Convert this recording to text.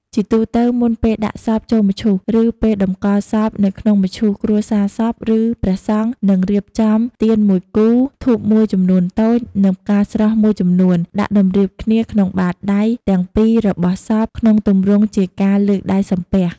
ជាទូទៅ មុនពេលដាក់សពចូលមឈូស ឬពេលតម្កល់សពនៅក្នុងមឈូស គ្រួសារសព ឬព្រះសង្ឃ នឹងរៀបចំ ទៀនមួយគូ ធូបមួយចំនួនតូច និង ផ្កាស្រស់មួយចំនួន ដាក់តម្រៀបគ្នាក្នុងបាតដៃទាំងពីររបស់សពក្នុងទម្រង់ជាការលើកដៃសំពះ។